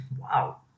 Wow